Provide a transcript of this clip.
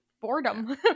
boredom